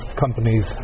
companies